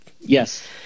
yes